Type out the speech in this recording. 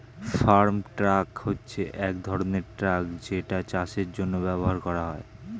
farm truck হচ্ছে এক ধরনের ট্রাক যেটা চাষের জন্য ব্যবহার করা হয়